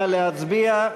נא להצביע.